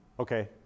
Okay